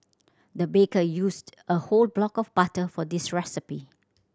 the baker used a whole block of butter for this recipe